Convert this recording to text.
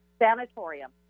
sanatorium